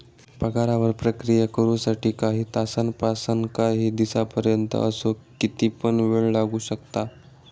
पगारावर प्रक्रिया करु साठी काही तासांपासानकाही दिसांपर्यंत असो किती पण येळ लागू शकता